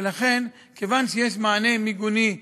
ולכן, כיוון שיש מענה מיגוני מספק,